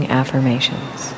affirmations